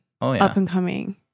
up-and-coming